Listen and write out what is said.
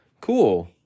Cool